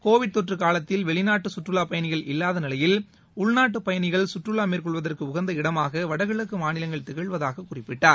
Covid தொற்று காலத்தில் வெளிநாட்டு சுற்றுவா பயனிகள் இல்லாத நிலையில் உள்நாட்டு பயனிகள் சுற்றுலா மேற்கொள்வதற்கு உகந்த இடமாக வட கிழக்கு மாநிலங்கள் திகழுவதாக அவர் குறிப்பிட்டார்